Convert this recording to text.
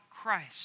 Christ